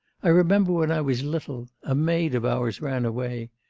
i remember when i was little. a maid of ours ran away.